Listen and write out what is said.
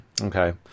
Okay